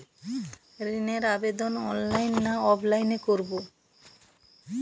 ঋণের আবেদন অনলাইন না অফলাইনে করব?